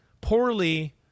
poorly